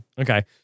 Okay